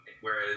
Whereas